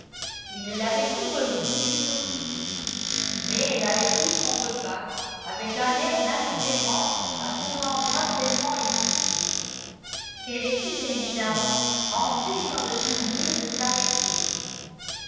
il ne l'avait plus revue jusqu'au souper mais elle avait pris son repas avec un air d'indifférence à son endroit tellement étudié qu'elle était évidemment hantée par le souvenir de sa méprise